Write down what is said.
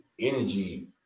energy